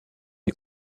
est